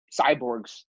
cyborgs